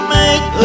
make